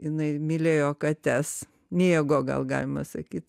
jinai mylėjo kates mėgo gal galima sakyt